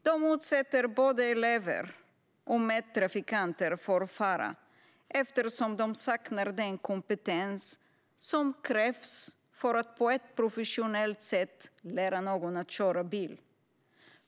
De utsätter både elever och medtrafikanter för fara, eftersom de saknar den kompetens som krävs för att på ett professionellt sätt lära någon att köra bil.